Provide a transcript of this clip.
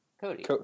Cody